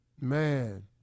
Man